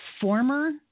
former